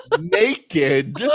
Naked